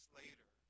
later